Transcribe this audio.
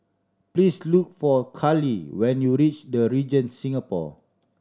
please look for Carley when you reach The Regent Singapore